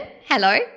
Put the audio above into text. hello